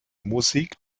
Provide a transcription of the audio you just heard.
musik